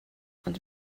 ond